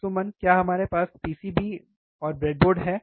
तो सुमन क्या हमारे पास पीसीबी ब्रेडबोर्ड है